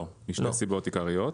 לא, משתי סיבות עיקריות: